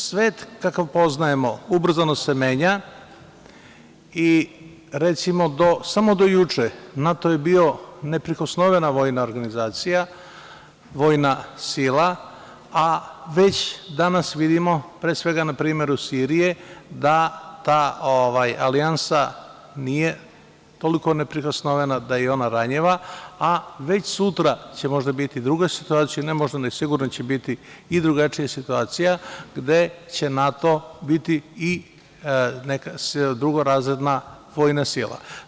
Svet kakav poznajemo ubrzano se menja, i recimo, samo do juče NATO je bio neprikosnovena vojna organizacija, vojna sila, a već danas vidimo, pre svega na primeru Sirije, da ta alijansa nije toliko neprikosnovena, da je i ona ranjiva, a već sutra će možda biti druga situacija, ne možda, ali sigurno će biti, i drugačija situacija gde će NATO biti i neka drugorazredna vojna sila.